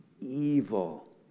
evil